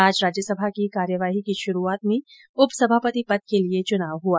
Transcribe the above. आज राज्यसभा की कार्यवाही के शुरूआती काल में उपसभापति पद के लिये चुनाव हुआ